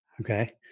Okay